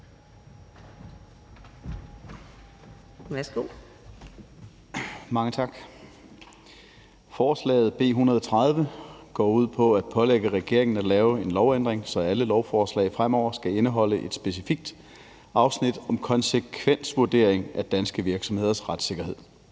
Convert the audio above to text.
Beslutningsforslag nr. B 130 går ud på at pålægge regeringen at lave en lovændring, så alle lovforslag fremover skal indholde et specifikt afsnit om konsekvensvurdering af danske virksomheders retssikkerhed.